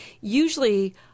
usually